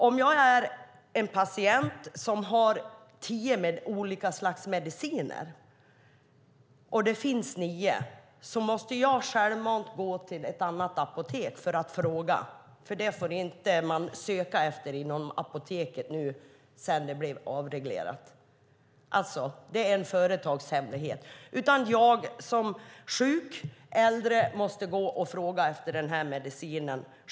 Om jag är en patient som har tio olika mediciner och det finns nio måste jag själv gå till ett annat apotek för att fråga. Efter avregleringen får man inte söka efter det inom apoteket. Det är alltså en företagshemlighet. Jag som sjuk äldre måste själv gå och fråga efter medicinen.